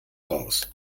raus